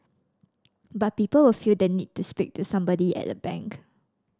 but people feel the need to speak to somebody at a bank